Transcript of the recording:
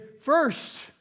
first